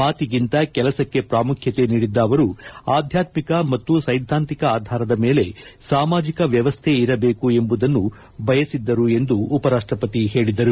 ಮಾತಿಗಿಂತ ಕೆಲಸಕ್ಕೆ ಪ್ರಾಮುಖ್ಯತೆ ನೀಡಿದ್ದ ಅವರು ಆಧ್ಯಾತ್ಮಿಕ ಮತ್ತು ಸೈದ್ಧಾಂತಿಕ ಆಧಾರದ ಮೇಲೆ ಸಾಮಾಜಿಕ ವ್ಲವಸ್ಥೆ ಇರಬೇಕು ಎಂಬುದನ್ನು ಗುರುನಾನಕ್ ಬಯಸಿದ್ದರು ಎಂದರು